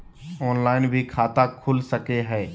Online भी खाता खूल सके हय?